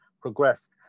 progressed